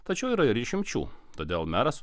tačiau yra ir išimčių todėl meras